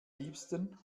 liebsten